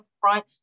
front